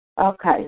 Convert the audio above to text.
Okay